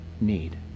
need